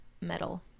metal